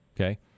okay